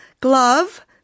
glove